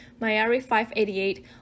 Myari-588